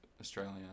Australia